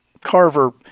Carver